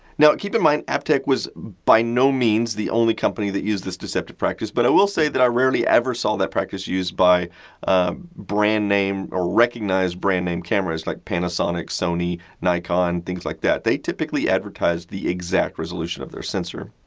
now, keep in mind, aiptek was by no means the only company that used this deceptive practice, but i will say that i rarely ever saw that practice used by brand name, or recognized brand-name cameras like panasonic, sony, nikon, and things like that. they typically advertised the exact resolution of their sensor.